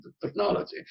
technology